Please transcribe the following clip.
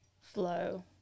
flow